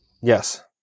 yes